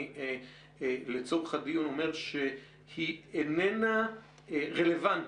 אני לצורך הדיון אומר שהיא איננה רלבנטית.